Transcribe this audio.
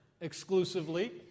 exclusively